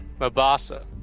Mabasa